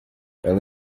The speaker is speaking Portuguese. ela